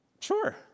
sure